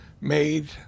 made